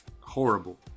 horrible